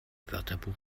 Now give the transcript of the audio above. wörterbuch